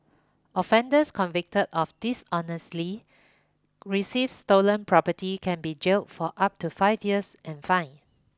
offenders convicted of dishonestly receives stolen property can be jailed for up to five years and fined